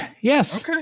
yes